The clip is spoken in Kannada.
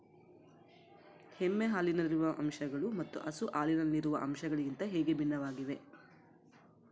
ಎಮ್ಮೆ ಹಾಲಿನಲ್ಲಿರುವ ಅಂಶಗಳು ಮತ್ತು ಹಸು ಹಾಲಿನಲ್ಲಿರುವ ಅಂಶಗಳಿಗಿಂತ ಹೇಗೆ ಭಿನ್ನವಾಗಿವೆ?